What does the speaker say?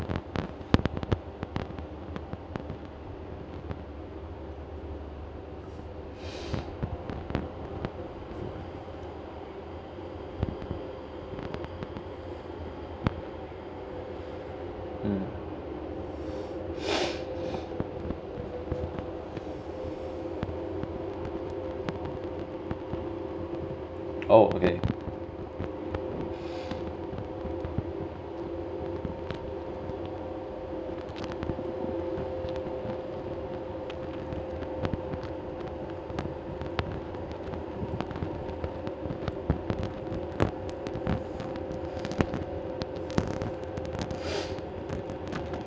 mm oh okay